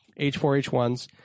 H4H1s